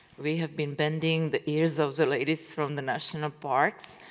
we have been bending the ears of the ladies from the national parks,